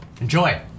Enjoy